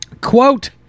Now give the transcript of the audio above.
Quote